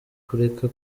kureka